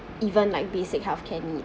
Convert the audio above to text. even like basic healthcare needs